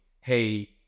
hey